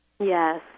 Yes